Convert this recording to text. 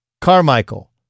Carmichael